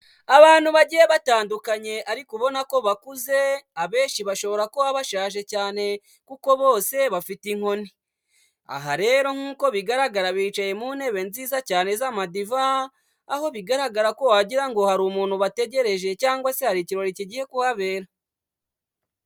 Abantu bagiye batandukanye ariko ubona ko bakuze, abenshi bashobora kuba bashaje cyane kuko bose bafite inkoni, aha rero nk'uko bigaragara bicaye mu ntebe nziza cyane z'amadiva, aho bigaragara ko wagira ngo hari umuntu bategereje cyangwa se hari ikirori kigiye kubahabera.